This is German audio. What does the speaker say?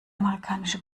amerikanische